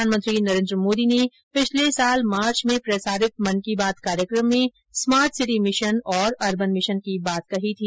प्रधानमंत्री नरेंद्र मोदी ने पिछले वर्ष मार्च में प्रसारित मन की बात कार्यक्रम में स्मार्ट सिटी मिशन और अरबन मिशन की बात कही थी